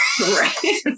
right